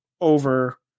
over